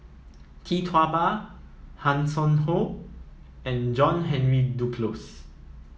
Tee Tua Ba Hanson Ho and John Henry Duclos